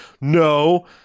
no